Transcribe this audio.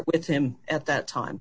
with him at that time